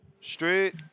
Straight